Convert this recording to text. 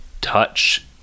touch